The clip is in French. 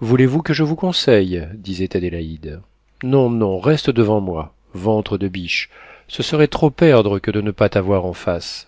voulez-vous que je vous conseille disait adélaïde non non reste devant moi ventre de biche ce serait trop perdre que de ne pas t'avoir en face